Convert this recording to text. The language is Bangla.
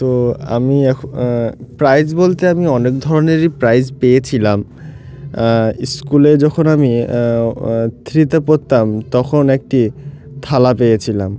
তো আমি এখন প্রাইজ বলতে আমি অনেক ধরনেরই প্রাইজ পেয়েছিলাম স্কুলে যখন আমি থ্রিতে পড়তাম তখন একটি থালা পেয়েছিলাম